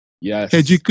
Yes